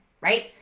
right